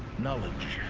knowledge.